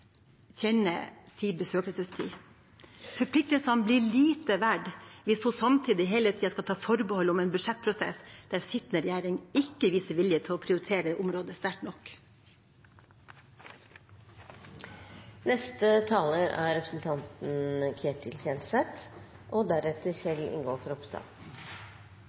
kjenner sin besøkelsestid. Forpliktelsene blir lite verdt hvis hun samtidig hele tiden skal ta forbehold om en budsjettprosess der den sittende regjering ikke viser vilje til å prioritere området sterkt nok. Med utgangspunkt i «bedre er